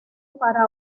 para